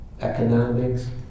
economics